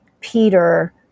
Peter